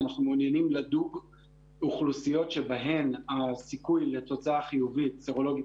שאנחנו מעוניינים לדוג אוכלוסיות שהן הסיכוי לתוצאה סרולוגית